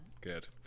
Good